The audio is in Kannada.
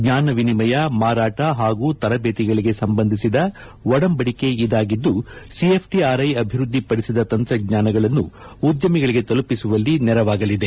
ಜ್ವಾನ ವಿನಿಮಯ ಮಾರಾಟ ಹಾಗೂ ತರಬೇತಿಗಳಿಗೆ ಸಂಬಂಧಿಸಿದ ಒಡಂಬಡಿಕೆ ಇದಾಗಿದ್ದು ಸಿಎಫ್ಟರ್ ಆರ್ ಅಐ ಅಭಿವೃದ್ದಿಪಡಿಸಿದ ತಂತ್ರಜ್ವಾನಗಳನ್ನು ಉದ್ದಮಿಗಳಿಗೆ ತಲುಪಿಸುವಲ್ಲಿ ನೆರವಾಗಲಿದೆ